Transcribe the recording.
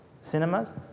Cinemas